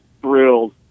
thrilled